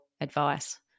advice